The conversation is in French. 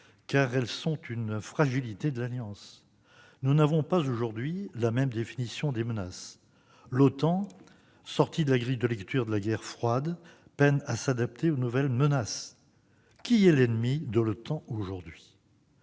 car elle est une fragilité de l'OTAN. Nous n'avons pas, aujourd'hui, la même définition des menaces. L'Alliance, sortie de la grille de lecture de la guerre froide, peine à s'adapter aux nouvelles menaces. Qui est l'ennemi de l'OTAN aujourd'hui ?